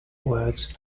words